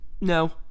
no